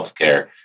healthcare